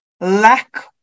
lack